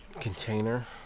container